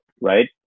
right